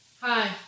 Hi